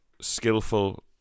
skillful